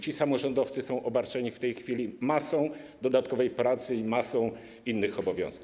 Ci samorządowcy są obarczeni w tej chwili masą dodatkowej pracy i masą innych obowiązków.